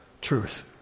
truth